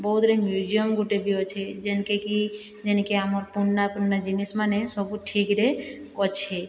ବୌଦ୍ଧରେ ମିୟୁଜିୟମ ଗୋଟିଏ ବି ଅଛେ ଯେନ୍କେକି ଯେନ୍କେ ଆମର ପୁରୁନା ପୁରୁନା ଜିନିଷ୍ମାନେ ସବୁ ଠିକ୍ରେ ଅଛେ